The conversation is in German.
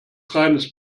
reines